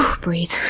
breathe